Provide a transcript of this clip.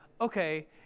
okay